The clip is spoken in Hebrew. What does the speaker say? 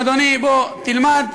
אדוני, בוא, תלמד.